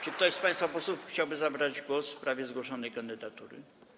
Czy ktoś z państwa posłów chciałby zabrać głos w sprawie zgłoszonej kandydatury?